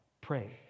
pray